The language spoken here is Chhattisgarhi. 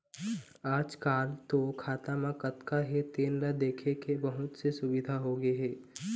आजकाल तो खाता म कतना हे तेन ल देखे के बहुत से सुबिधा होगे हे